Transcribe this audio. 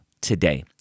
today